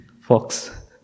fox